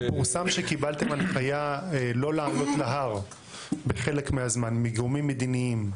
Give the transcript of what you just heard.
פורסם שקיבלתם הנחיה לא לעלות להר בחלק מהזמן מגורמים מדיניים.